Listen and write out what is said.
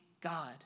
God